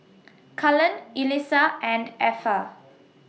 Cullen Yulissa and Effa